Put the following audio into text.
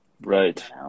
Right